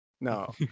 no